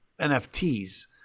NFTs